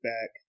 Back